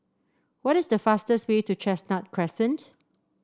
what is the fastest way to Chestnut Crescent